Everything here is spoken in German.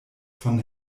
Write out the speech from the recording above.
von